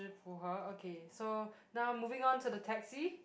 okay so now moving on to the taxi